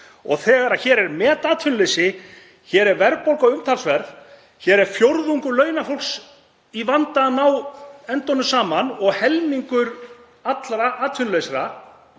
Og þegar hér er metatvinnuleysi, hér er verðbólga umtalsverð, hér er fjórðungur launafólks í vanda við að ná endum saman sem og helmingur allra atvinnulausra,